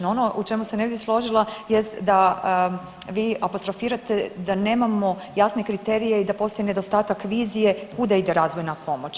No, ono u čemu se ne bi složila jest da vi apostrofirate da nemamo jasne kriterije i da postoji nedostatak vizije kuda ide razvojna pomoć.